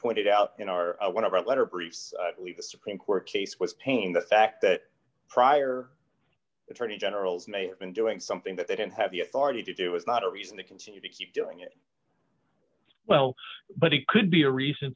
pointed out in our one of our letter briefs we've a supreme court case with pain the fact that prior attorney generals may have been doing something that they didn't have the authority to do is not a reason to continue to keep doing it well but it could be a reason